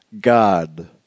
God